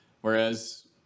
Whereas